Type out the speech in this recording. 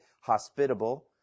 hospitable